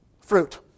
Fruit